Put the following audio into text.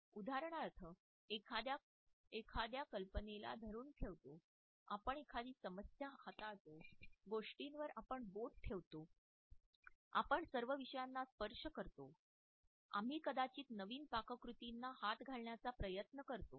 उदाहरणार्थ आपण एखाद्या कल्पनेला धरून ठेवतो आपण एखादी समस्या हाताळतो एखाद्या गोष्टीवर आपण बोट ठेवतो आपण सर्व विषयांना स्पर्श करतो आम्ही कदाचित नवीन पाककृतींना हात घालण्याचा प्रयत्न करतो